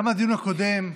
גם בדיון הקודם,